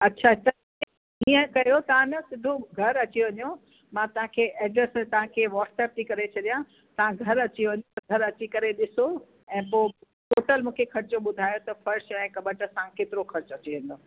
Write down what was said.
अच्छा त हीअं कयो तव्हां न सिधो घर अची वञो मां तव्हांखे एड्रेस तव्हांखे वॉट्सप थी करे छॾिया तव्हां घरु अची वञो घरु अची करे ॾिसो ऐं पोइ टोटल मूंखे ख़र्चो ॿुधायो त फ़र्श ऐं कबट सां केतिरो ख़र्चु अची वेंदो